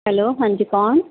hello ਹਾਂਜੀ ਕੌਣ